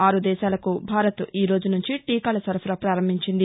ఆరు దేశాలకు భారత్ ఈరోజు నుంచి టీకాల సరఫరా ప్రారంభించింది